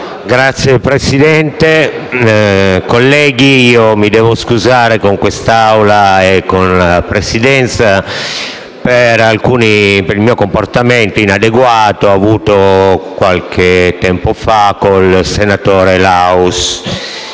Signor Presidente, colleghi, io mi devo scusare con questa Assemblea e con la Presidenza per il mio comportamento inadeguato avuto qualche tempo fa col senatore Laus.